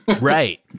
Right